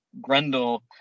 Grendel